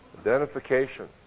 identification